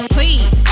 Please